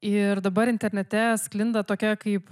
ir dabar internete sklinda tokia kaip